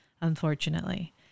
unfortunately